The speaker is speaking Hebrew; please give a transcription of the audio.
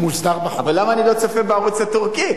למה אני לא צופה בערוץ הטורקי?